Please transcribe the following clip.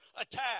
attack